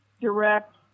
direct